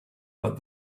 but